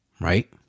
right